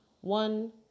one